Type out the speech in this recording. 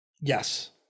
Yes